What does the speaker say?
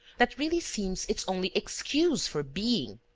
that really seems its only excuse for being.